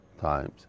times